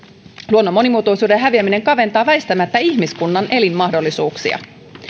luonnon monimuotoisuuden häviäminen kaventaa väistämättä ihmiskunnan elinmahdollisuuksia